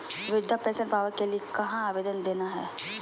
वृद्धा पेंसन पावे के लिए कहा आवेदन देना है?